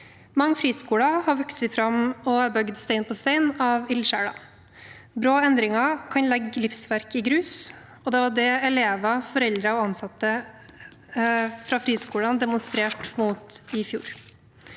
Mange friskoler har vokst fram og er bygget stein på stein av ildsjeler. Brå endringer kan legge livsverk i grus, og det var det elever, foreldre og ansatte fra friskolene demonstrerte mot i fjor.